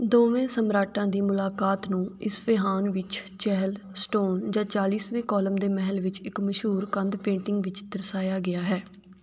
ਦੋਵੇਂ ਸਮਰਾਟਾਂ ਦੀ ਮੁਲਾਕਾਤ ਨੂੰ ਇਸਫੇਹਾਨ ਵਿੱਚ ਚੈਹਲ ਸਟੋਨ ਜਾਂ ਚਾਲੀਸਵੇਂ ਕੋਲਮ ਦੇ ਮਹਿਲ ਵਿੱਚ ਇੱਕ ਮਸ਼ਹੂਰ ਕੰਧ ਪੇਂਟਿੰਗ ਵਿੱਚ ਦਰਸਾਇਆ ਗਿਆ ਹੈ